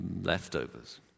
leftovers